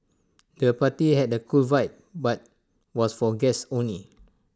the party had A cool vibe but was for guests only